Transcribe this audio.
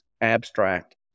abstract